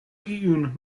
iun